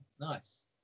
nice